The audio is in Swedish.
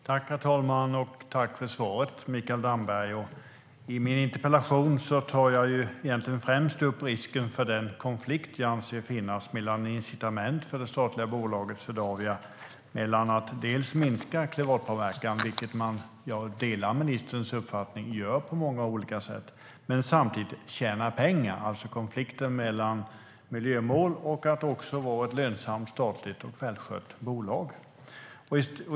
Herr talman! Tack för svaret, Mikael Damberg! I min interpellation tar jag främst upp risken med den konflikt jag anser finnas mellan incitament för det statliga bolaget Swedavia. Det gäller att minska klimatpåverkan. Jag delar ministerns uppfattning att bolaget gör det på många olika sätt. Men det gäller samtidigt att tjäna pengar. Det gäller alltså konflikten mellan miljömål och att vara ett lönsamt och välskött statligt bolag.